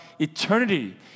eternity